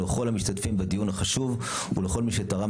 לכל המשתתפים בדיון החשוב ולכל מי שתרם